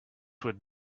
would